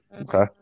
Okay